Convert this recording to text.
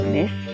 Miss